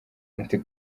anti